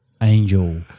angel